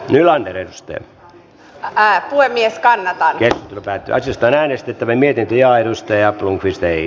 nylander ei tee häntää puhemies kannattajia päätöksestä äänestettävä mitä etuja edustaja on kyse ei